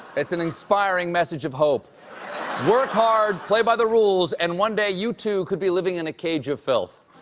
it's an inspiring message of hope work hard, play by the rules, and one day you too could be living in a cage of filth.